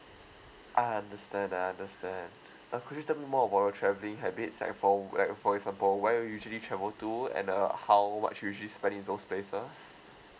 understand I understand uh could you tell me more about your travelling habits like for where for example where you usually travel to and uh how much you usually spend in those places